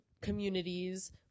communities